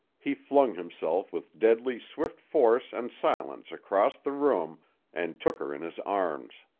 he flung himself with deadly, swift force and silence across the room and took her in his arms.